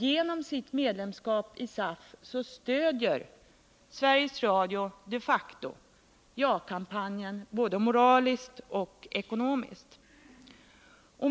Genom sitt medlemskap i SAF stöder Sveriges Radio de facto ja-kampanjen både moraliskt och ekonomiskt.